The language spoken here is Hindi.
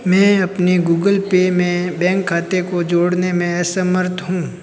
मैं अपने गूगल पे में बैंक खाते को जोड़ने में असमर्थ हूँ